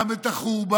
גם את החורבן,